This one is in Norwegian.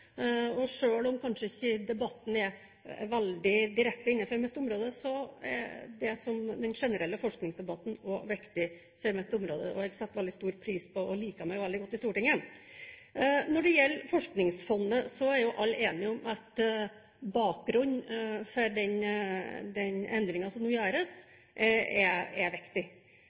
om debatten kanskje ikke er veldig direkte innenfor mitt område, er den generelle forskningsdebatten også viktig for mitt område, og jeg setter veldig stor pris på, og liker meg veldig godt i, Stortinget. Når det gjelder Forskningsfondet, er jo alle enige om at bakgrunnen for den endringen som nå gjøres, er viktig. Så registrerer jeg at det er